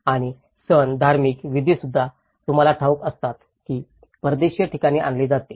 आणि सण धार्मिक विधीसुद्धा तुम्हाला ठाऊक असतात की परदेशीय ठिकाणी आणले जाते